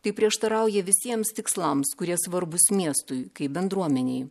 tai prieštarauja visiems tikslams kurie svarbūs miestui kaip bendruomenei